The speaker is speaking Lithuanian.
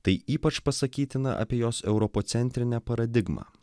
tai ypač pasakytina apie jos europocentrinę paradigmą